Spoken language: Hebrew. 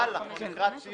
חבל, אנחנו לקראת סיום.